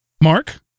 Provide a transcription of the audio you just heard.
Mark